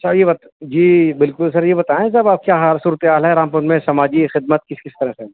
سر یہ بتا جی بالکل سر یہ بتائیں جب آپ کے چار سو روپیہ ہے رامپور میں سماجی خدمت کس کس طرح سے